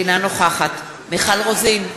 אינה נוכחת מיכל רוזין,